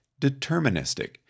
deterministic